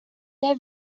they